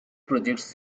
projects